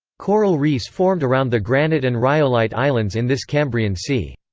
coral reefs formed around the granite and rhyolite islands in this cambrian sea.